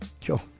Sure